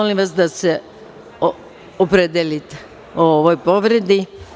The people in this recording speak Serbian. Molim da se opredelite o ovoj povredi.